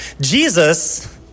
Jesus